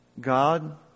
God